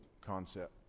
concept